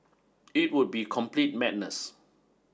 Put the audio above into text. it would be complete madness